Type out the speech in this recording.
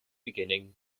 beginning